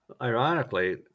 Ironically